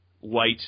white